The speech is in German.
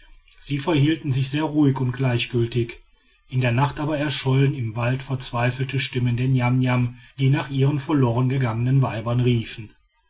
sie verhielten sich sehr ruhig und gleichgültig in der nacht aber erschollen im walde verzweifelte stimmen der niamniam die nach ihren verlorengegangenen weibern riefen